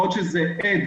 יכול להיות שזה עד